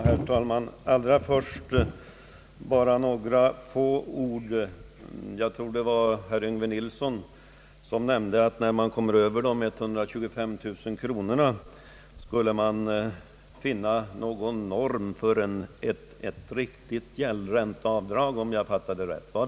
Herr talman! Allra först vill jag bara säga några få ord om gäldräntan. Jag tror att det var herr Yngve Nilsson som nämnde att man när det gäller villor med ett taxeringsvärde över stigande 125 000 kronor borde finna någon norm för ett riktigt gäldränteavdrag — om jag fattade honom rätt.